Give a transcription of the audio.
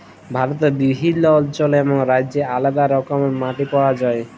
ভারতে বিভিল্ল্য অল্চলে এবং রাজ্যে আলেদা রকমের মাটি পাউয়া যায়